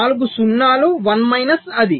నాలుగు ౦ లు 1 మైనస్ అది